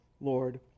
Lord